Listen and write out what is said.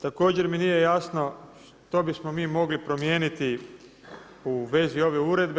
Također mi nije jasno što bismo mi mogli promijeniti u vezi ove uredbe.